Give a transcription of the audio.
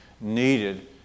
Needed